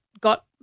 got